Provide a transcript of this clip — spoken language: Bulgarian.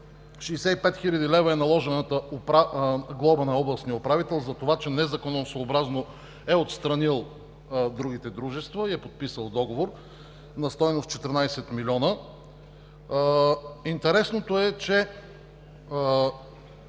допълнение. Наложената глоба на областния управител е 65 хил. лв. за това, че незаконосъобразно е отстранил другите дружества и е подписал договор на стойност 14 милиона. Интересното е, че